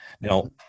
Now